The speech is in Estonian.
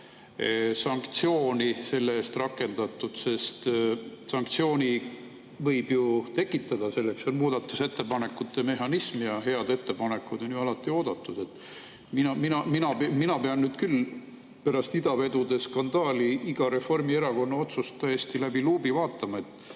sanktsiooni selle eest rakendatud? Sest sanktsiooni võib ju tekitada, selleks on muudatusettepanekute mehhanism, ja head ettepanekud on alati oodatud. Mina pean nüüd küll pärast idavedude skandaali iga Reformierakonna otsust tõesti läbi luubi vaatama,